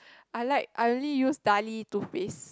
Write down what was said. I like I only use Darlie toothpaste